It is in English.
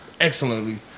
excellently